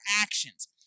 actions